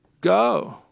go